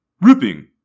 ripping